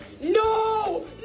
No